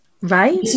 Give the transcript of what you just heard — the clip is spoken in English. Right